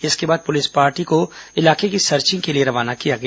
इसके बाद police party को इलाके की सर्चिंग के लिए रवाना किया गया